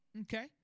Okay